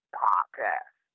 podcast